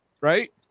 right